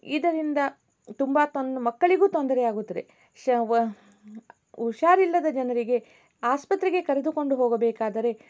ಇದರಿಂದ ತುಂಬ ತೊನ್ ಮಕ್ಕಳಿಗೂ ತೊಂದರೆಯಾಗುತ್ತಿದೆ ಶ ವ ಹುಷಾರಿಲ್ಲದ ಜನರಿಗೆ ಆಸ್ಪತ್ರೆಗೆ ಕರೆದುಕೊಂಡು ಹೋಗಬೇಕಾದರೆ